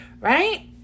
right